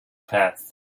path